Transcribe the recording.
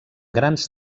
grans